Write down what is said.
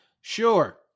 Sure